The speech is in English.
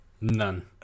none